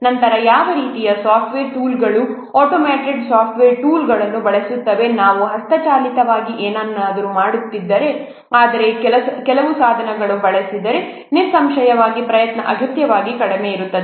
ನಂತರ ಯಾವ ರೀತಿಯ ಸಾಫ್ಟ್ವೇರ್ ಟೂಲ್ಗಳು ಆಟೋಮೇಟೆಡ್ ಸಾಫ್ಟ್ವೇರ್ ಟೂಲ್ಗಳು ಬಳಸುತ್ತಿವೆ ನಾನು ಹಸ್ತಚಾಲಿತವಾಗಿ ಏನನ್ನಾದರೂ ಮಾಡುತ್ತಿದ್ದರೆ ಆದರೆ ಕೆಲವು ಸಾಧನಗಳನ್ನು ಬಳಸಿದರೆ ನಿಸ್ಸಂಶಯವಾಗಿ ಪ್ರಯತ್ನ ಅಗತ್ಯ ಕಡಿಮೆ ಇರುತ್ತದೆ